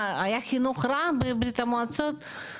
היה חינוך רע בברית המועצות?